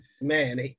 man